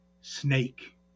snake